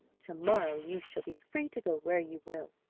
to-morrow you shall be free to go where you will,